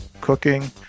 Cooking